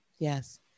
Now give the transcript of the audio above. Yes